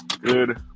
Good